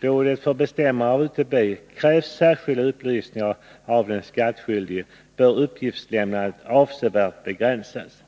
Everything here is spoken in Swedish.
då det för bestämmande av UTB krävs särskilda upplysningar av den skattskyldige bör uppgiftslämnandet avsevärt begränsas.